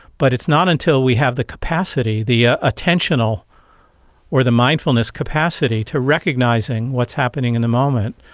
but it's not until we have the capacity, the ah attentional or the mindfulness capacity to recognising what's happening in the moment,